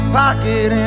pocket